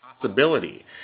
possibility